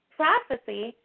prophecy